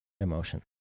Emotion